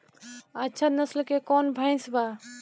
अच्छा नस्ल के कौन भैंस बा?